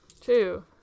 Two